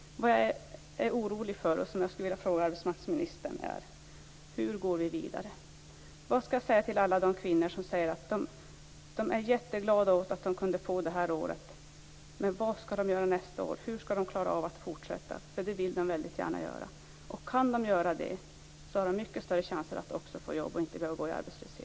Det som jag är orolig för och som jag skulle vilja fråga arbetsmarknadsministern om är följande. Hur går vi vidare? Vad skall jag säga till alla de kvinnor som säger att de är jätteglada över att de kunde få detta utbildningsår beträffande vad de skall göra nästa år? Hur skall de klara av att fortsätta, vilket de väldigt gärna vill göra? Kan de göra det så har de mycket större chanser att också få jobb och inte behöva gå arbetslösa.